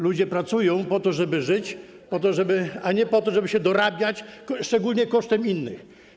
Ludzie pracują po to, żeby żyć, a nie po to, żeby się dorabiać, szczególnie kosztem innych.